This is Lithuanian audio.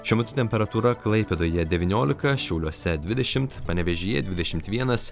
šiuo metu temperatūra klaipėdoje devyniolika šiauliuose dvidešim panevėžyje dvidešim vienas